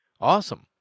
Awesome